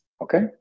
Okay